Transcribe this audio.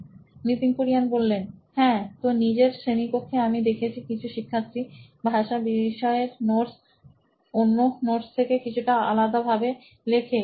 Nitin Kurien C O O নোইন electronics হ্যাঁ তো নিজের শ্রেণিকক্ষে আমি দেখেছি কিছু শিক্ষার্থী ভাষা বিষয়ের নোটস অন্য নোটস থেকে কিছু টা আলাদাভাবে লেখে